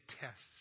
tests